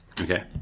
Okay